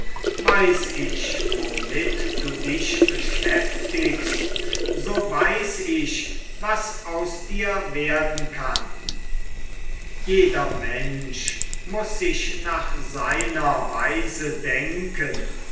weiß ich womit du dich beschäftigst so weiß ich was aus dir werden kann jeder mensch muß nach seiner weise denken